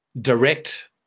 direct